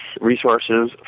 resources